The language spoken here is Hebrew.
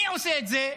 מי עושה את זה?